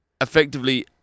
effectively